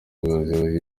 ubuyobozi